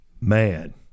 Man